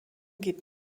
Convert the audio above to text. geht